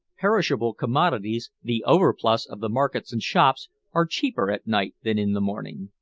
perishable commodities, the overplus of the markets and shops, are cheaper at night than in the morning.